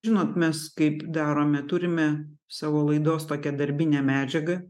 žinot mes kaip darome turime savo laidos tokią darbinę medžiagą